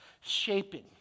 shaping